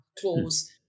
clause